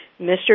Mr